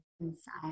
inside